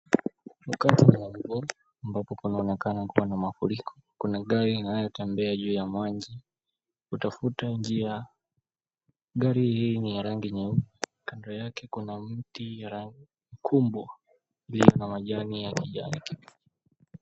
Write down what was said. Mkoani Magogoni ambapo kunaonekana kuwa na mafuriko. Kuna gari inayo tembea juu ya maji. Utafuta njia. Gari hii ni ya rangi nyeupe. Kandoni yake kuna mti mkubwa iliyo na majani ya kijani kibichi.